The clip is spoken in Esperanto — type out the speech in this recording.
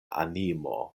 animo